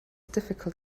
difficult